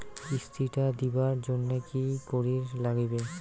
কিস্তি টা দিবার জন্যে কি করির লাগিবে?